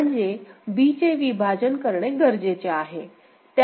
म्हणजे b चे विभाजन करणे गरजेचे आहे